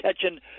catching